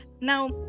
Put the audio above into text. Now